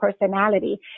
personality